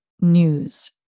news